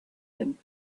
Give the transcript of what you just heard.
him